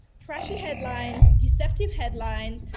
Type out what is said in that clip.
trashy headlines, deceptive headlines,